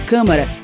Câmara